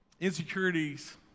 Insecurities